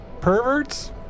perverts